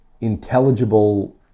intelligible